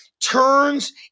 turns